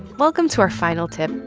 welcome to our final tip,